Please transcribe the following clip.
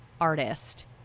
artist